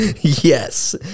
Yes